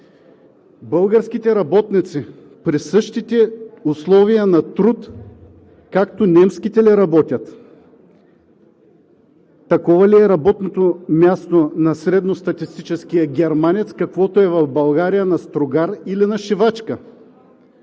българските работници при същите условия на труд като немските ли работят? Такова ли е работното място на средностатистическия германец, каквото е в България на стругар или на шивачка?